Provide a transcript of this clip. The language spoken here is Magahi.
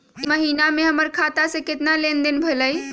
ई महीना में हमर खाता से केतना लेनदेन भेलइ?